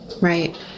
Right